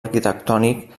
arquitectònic